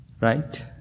right